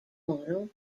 model